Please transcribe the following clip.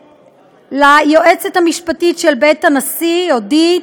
ליועצת המשפטית של בית הנשיא אודית,